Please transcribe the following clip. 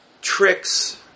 tricks